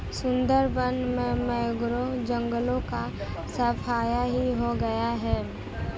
सुंदरबन में मैंग्रोव जंगलों का सफाया ही हो गया है